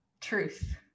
truth